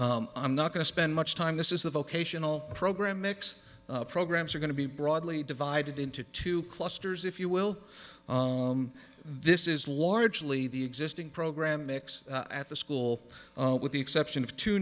students i'm not going to spend much time this is the vocational program mix programs are going to be broadly divided into two clusters if you will this is largely the existing program mix at the school with the exception of two